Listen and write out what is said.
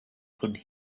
could